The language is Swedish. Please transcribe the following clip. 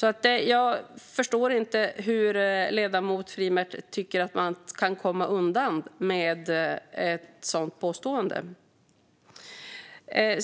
Därför förstår jag inte att ledamoten Frimert tycker att man kan komma undan med ett sådant påstående.